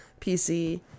PC